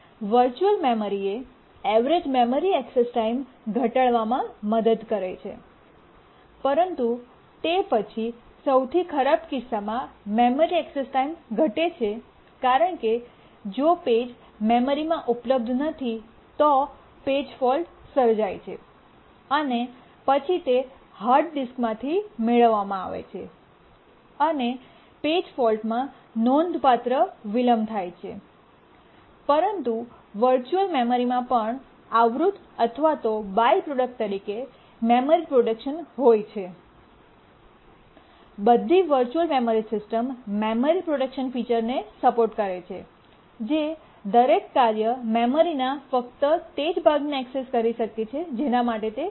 virtual memory એ average memory access time ઘટાડવામાં મદદ કરે છે પરંતુ તે પછી સૌથી ખરાબ કિસ્સામાં મેમરી ઍક્સેસ ટાઈમ ઘટે છે કારણ કે જો પેજ મેમરીમાં ઉપલબ્ધ નથી તો પેજફોલ્ટ સર્જાય છે અને પછી તે હાર્ડ ડિસ્કમાંથી મેળવવામાં આવે છે અને પેજફોલ્ટમાં નોંધપાત્ર વિલંબ થાય છે પરંતુ વર્ચુઅલ મેમરીમાં પણ આવૃત અથવા બાય પ્રોડક્ટ તરીકે મેમરી પ્રોટેક્શન હોય છે બધી virtual memory systems memory protection ફીચરને સપોર્ટ કરે છે જે દરેક કાર્ય મેમરીના ફક્ત તે જ ભાગને ઍક્સેસ કરી શકે છે જેના તે હકદાર છે